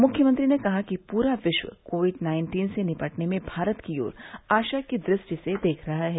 मुख्यमंत्री ने कहा कि पूरा विश्व कोविड नाइन्टीन से निपटने में भारत की ओर आशा की दृष्टि से देख रहा है